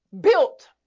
built